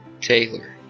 taylor